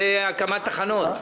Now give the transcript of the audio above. זה הקמת תחנות.